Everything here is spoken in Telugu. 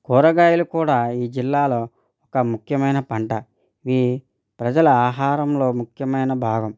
కూరగాయలు కూడా ఈ జిల్లాలో ఒక ముఖ్యమైన పంట ఇవి ప్రజల ఆహారంలో ముఖ్యమైన భాగం